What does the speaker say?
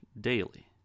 daily